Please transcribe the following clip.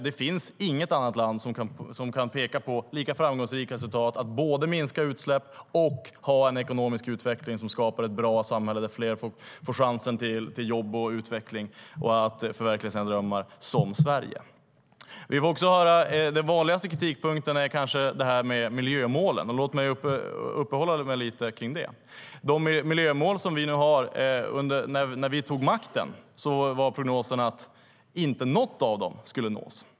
Det finns inget annat land som kan peka på lika framgångsrika resultat, att både minska utsläpp och ha en ekonomisk utveckling som skapar ett bra samhälle där fler får chansen till jobb och utveckling och att förverkliga sina drömmar. När vi tog över makten var prognoserna att inte något av miljömålen skulle nås.